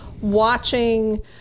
watching